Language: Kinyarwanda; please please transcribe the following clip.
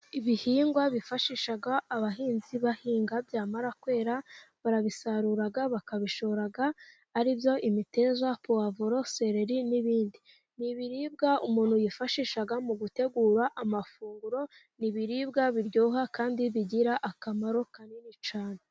Ibihingwa bifashisha abahinzi bahinga, byamara kwera barabisarura bakabishora aribyo imiteja, powavuro, sereri, n'ibindi. Ni ibibiribwa umuntu yifashisha mu gutegura amafunguro, ni biribwa biryoha kandi bigira akamaro kanini cyane.